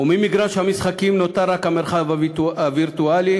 וממגרש המשחקים נותר רק המרחב הווירטואלי,